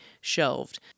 shelved